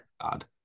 God